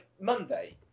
Monday